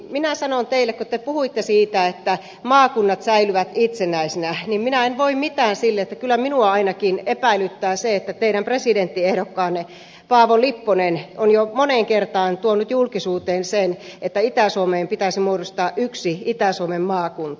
minä sanon teille kun te puhuitte siitä että maakunnat säilyvät itsenäisinä että minä en voi mitään sille että kyllä minua ainakin epäilyttää se että teidän presidenttiehdokkaanne paavo lipponen on jo moneen kertaan tuonut julkisuuteen sen että itä suomeen pitäisi muodostaa yksi itä suomen maakunta